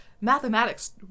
mathematics